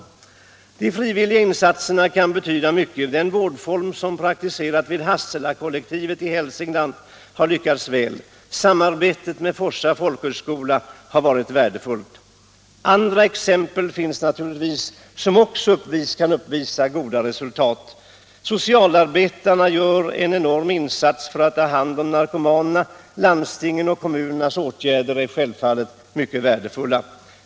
De frivilliga insatserna kan betyda mycket. Den vårdform som praktiseras vid Hasselakollektivet i Hälsingland har lyckats väl. Samarbetet med Forsa folkhögskola har varit värdefullt. Det finns naturligtvis också andra exempel på vårdformer som kan uppvisa goda resultat. Socialarbetarna gör en enorm insats för att ta hand om narkomanerna. Landstingens och kommunernas åtgärder är självfallet mycket värdefulla.